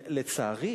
לצערי,